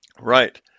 Right